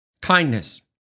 kindness